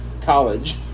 College